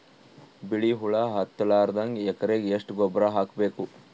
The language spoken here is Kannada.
ಬಿಳಿ ಹುಳ ಹತ್ತಲಾರದಂಗ ಎಕರೆಗೆ ಎಷ್ಟು ಗೊಬ್ಬರ ಹಾಕ್ ಬೇಕು?